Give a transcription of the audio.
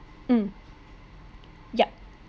mm yup